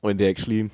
when they actually